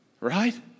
Right